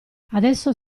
adesso